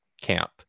camp